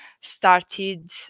started